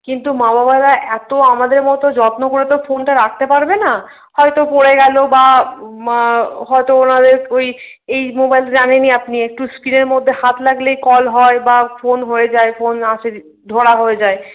কিন্তু মা বাবারা এত আমাদের মতো যত্ন করে তো ফোনটা রাখতে পারবে না হয়তো পড়ে গেল বা হয়তো ওনাদের ওই এই মোবাইল জানেনই আপনি একটু স্ক্রিনের মধ্যে হাত লাগলেই কল হয় বা ফোন হয়ে যায় ফোন আসে ধরা হয়ে যায়